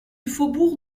faubourg